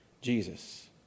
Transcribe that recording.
Jesus